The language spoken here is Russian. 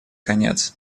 конец